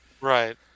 Right